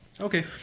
okay